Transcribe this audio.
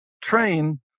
train